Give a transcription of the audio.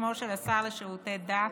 בשמו של השר לשירותי דת,